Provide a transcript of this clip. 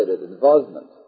involvement